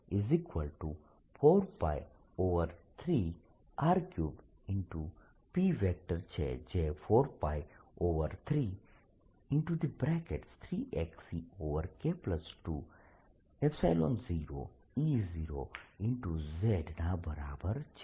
dipole moment p4π3R3P છે જે 4π33eK20E0z ના બરાબર છે